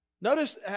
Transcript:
Notice